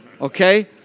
Okay